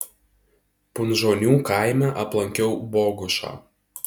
punžonių kaime aplankiau bogušą